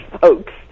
folks